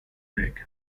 leg